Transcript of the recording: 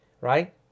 right